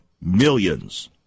millions